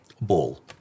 Ball